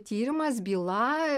tyrimas byla